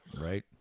right